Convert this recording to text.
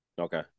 Okay